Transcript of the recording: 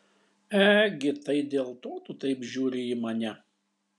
egi tai dėl to tu taip žiūri į mane